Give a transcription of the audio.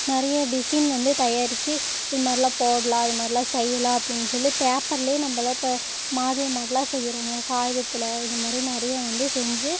நிறைய டிசைன் வந்து தயாரித்து இது மாதிரிலாம் போடலாம் இது மாதிரிலாம் செய்யலாம் அப்படின்னு சொல்லி பேப்பர்லேயே நம்மல்லாம் இப்போ மாடலு மாடெல்லாம் செய்கிறாங்க காகிதத்தில் இது மாதிரி நிறையா வந்து செஞ்சு